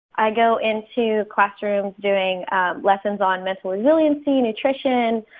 i go into classrooms, doing lessons on mental resiliency, nutrition,